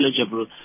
eligible